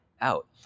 out